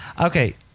Okay